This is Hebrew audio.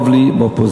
טוב לי באופוזיציה,